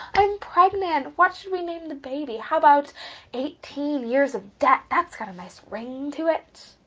i'm pregnant, what should we name the baby? how about eighteen years of debt, that's got a nice ring to it!